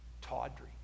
tawdry